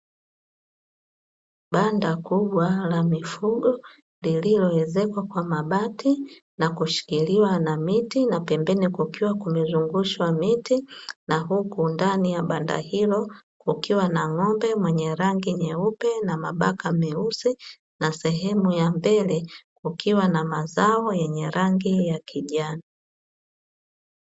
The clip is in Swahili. Banda kubwa la mifugo lililoezekwa kwa mabati na kushikiliwa na miti, na pembeni kukiwa kumezungushwa miti, na huku ndani ya banda hilo kukiwa na ng'ombe mwenye rangi nyeupe na mabaka meusi na sehemu ya mbele kukiwa mazao yenye rangi ya kijani.